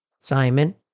Simon